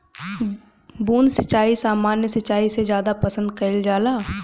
बूंद सिंचाई सामान्य सिंचाई से ज्यादा पसंद कईल जाला